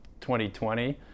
2020